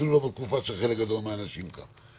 אפילו לא בתקופה של חלק גדול מהאנשים כאן.